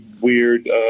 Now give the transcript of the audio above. weird